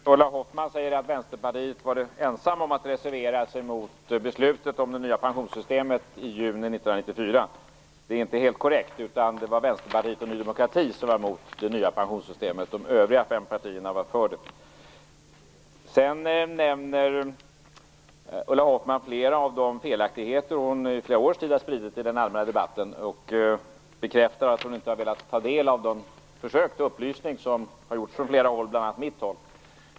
Fru talman! Ulla Hoffmann säger att Vänsterpartiet var ensamt om att reservera sig mot beslutet om det nya pensionssystemet i juni 1994. Det är inte helt korrekt, utan det var Vänsterpartiet och Ny demokrati som var mot, de övriga fem partierna var för det. Ulla Hoffmann nämner flera av de felaktigheter som hon under flera års tid har spridit i den allmänna debatten och bekräftar att hon inte har velat ta del av de försök till upplysning som gjorts från flera håll, bl.a. av mig.